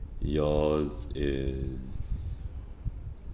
yours is